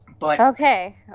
Okay